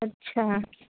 अच्छा